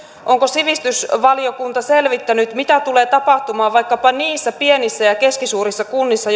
onko sivistysvaliokunta selvittänyt mitä tulee tapahtumaan vaikkapa niissä pienissä ja keskisuurissa kunnissa